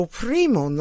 primo